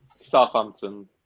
Southampton